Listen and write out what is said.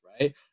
right